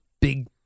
big